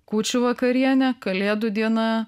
kūčių vakarienė kalėdų diena